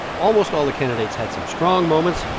almost all the candidates had some strong moments.